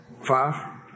Five